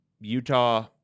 Utah